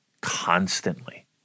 constantly